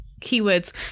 keywords